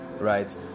right